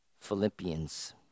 Philippians